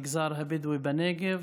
המגזר הבדואי בנגב,